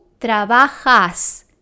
trabajas